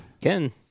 Ken